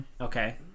Okay